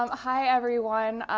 um hi, everyone!